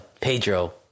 Pedro